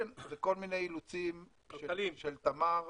כן, מכל מיני אילוצים של תמר.